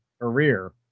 career